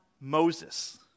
Moses